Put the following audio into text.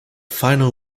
final